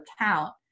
account